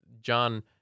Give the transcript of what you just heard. John